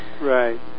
Right